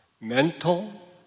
mental